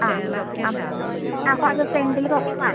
ആ ആ ആ അപ്പോൾ അത് ഫ്രണ്ടിൽ കുറച്ച് വേണം